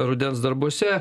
rudens darbuose